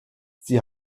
sie